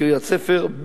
קריית-ספר,